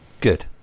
Good